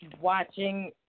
watching